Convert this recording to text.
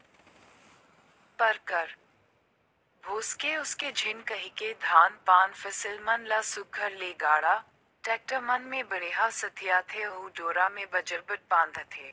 भोसके उसके झिन कहिके धान पान फसिल मन ल सुग्घर ले गाड़ा, टेक्टर मन मे बड़िहा सथियाथे अउ डोरा मे बजरबट बांधथे